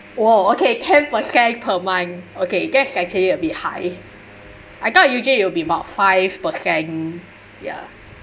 !whoa! okay ten percent per month okay that's I guess it a bit high I thought usually it will be about five percent ya